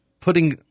putting